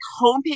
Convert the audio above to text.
homepage